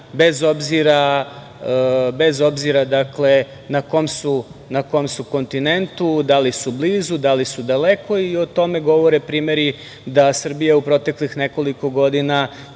bez obzira na kom su kontinentu, da li su blizu, da li su daleko, i o tome govore primeri da Srbija u proteklih nekoliko godina,